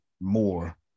more